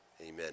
amen